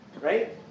right